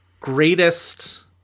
greatest